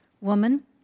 woman